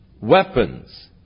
weapons